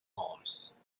mars